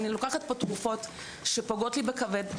אני לוקחת פה תרופות שפוגעות לי בכבד,